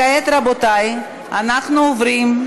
בעד, 31 חברי כנסת, 41 מתנגדים,